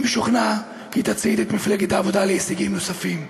אני משוכנע כי תצעיד את מפלגת העבודה להישגים נוספים.